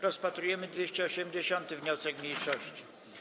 Rozpatrujemy 280. wniosek mniejszości.